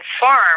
farm